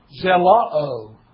zelao